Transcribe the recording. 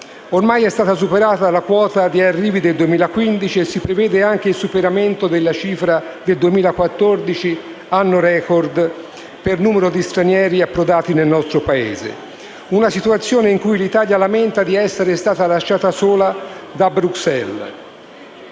Ormai è stata superata la quota di arrivi del 2015 e si prevede anche il superamento della cifra del 2014, anno *record* per numero di stranieri approdati nel nostro Paese. Una situazione in cui l'Italia lamenta di essere stata lasciata sola da Bruxelles.